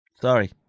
Sorry